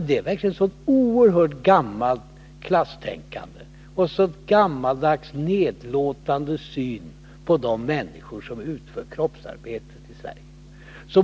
Det var alltså ett oerhört gammalt klasstänkande och en gammaldags nedlåtande syn på de människor som utför kroppsarbete i Sverige.